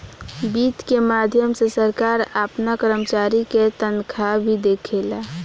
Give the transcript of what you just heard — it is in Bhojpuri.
वित्त के माध्यम से सरकार आपना कर्मचारी के तनखाह भी देवेला